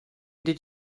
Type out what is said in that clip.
did